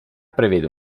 prevede